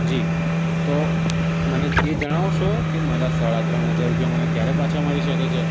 જી તો મને એ જણાવશો કે મારા સાડા ત્રણ હજાર રૂપિયા મને ક્યારે પાછા મળી શકે છે